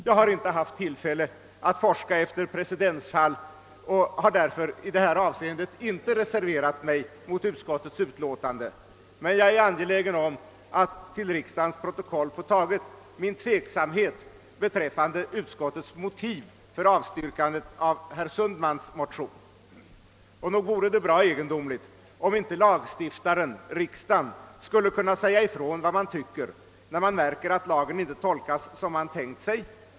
Jag har inte haft tillfälle att forska efter precedensfall och har därför i det här avseendet inte reserverat mig mot utskottets utlåtande, men jag är angelägen om att till riksdagens protokoll få anteckna min tveksamhet beträffande utskottets motiv för att avstyrka herr Sundmans motion. Nog vore det bra egendomligt om inte lagstiftaren-riksdagen skulle kunna säga ifrån när man märker att lagen inte tolkas som man tänkt sig.